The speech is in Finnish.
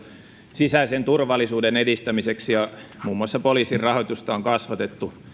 sisäisen turvallisuuden edistämiseksi ja muun muassa poliisin rahoitusta on kasvatettu